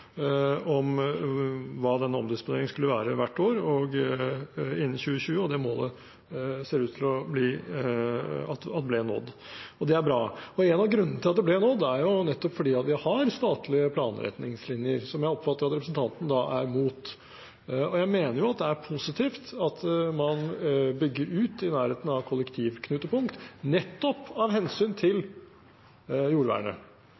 om hva denne omdisponeringen skulle være hvert år og innen 2020, og det målet ser det ut til ble nådd. Det er bra. En av grunnene til at det ble nådd, er nettopp at vi har statlige planretningslinjer, som jeg oppfatter at representanten er imot. Jeg mener at det er positivt at man bygger ut i nærheten av kollektivknutepunkt, nettopp av hensyn til jordvernet.